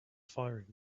firing